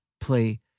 play